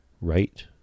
right